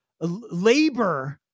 labor